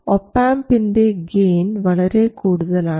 ഒപാംപിൻറെ ഗെയിൻ വളരെ കൂടുതലാണ്